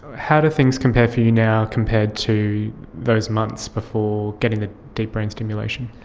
how do things compare for you now compared to those months before getting the deep brain stimulation?